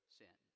sin